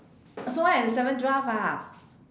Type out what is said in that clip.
snow white and the seven dwarfs ah